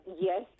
yes